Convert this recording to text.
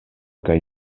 kaj